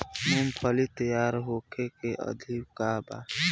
मूँगफली तैयार होखे के अवधि का वा?